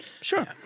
Sure